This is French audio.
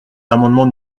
l’amendement